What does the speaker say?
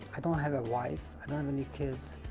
i don't have a wife. i don't have any kids,